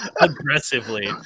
aggressively